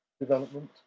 development